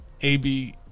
AB